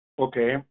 Okay